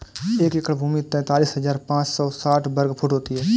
एक एकड़ भूमि तैंतालीस हज़ार पांच सौ साठ वर्ग फुट होती है